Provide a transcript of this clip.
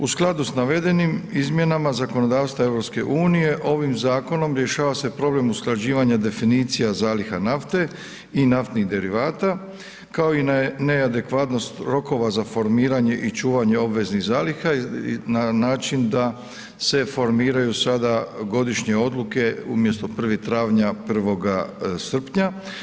U skladu sa navedenim izmjenama zakonodavstva EU ovim zakonom rješava se problem usklađivanja definicija zaliha nafte i naftnih derivata kao i na neadekvatnost rokova za formiranje i čuvanje obveznih zaliha na način da se formiraju sada godišnje odluke umjesto 1. travnja 1. srpnja.